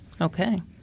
Okay